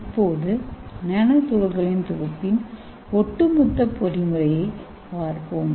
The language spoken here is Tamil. இப்போது நானோ துகள்களின் தொகுப்பின் ஒட்டுமொத்த பொறிமுறையைப் பார்ப்போம்